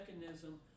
mechanism